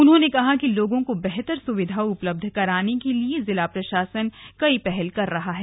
उन्होंने कहा कि लोगों को बेहतर सुविधा उपलब्ध कराने के लिये जिला प्रशासन कई पहल कर रहा है